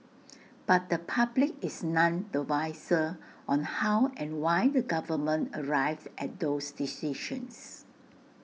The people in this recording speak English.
but the public is none the wiser on how and why the government arrived at those decisions